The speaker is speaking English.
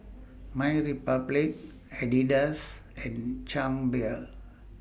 MyRepublic Adidas and Chang Beer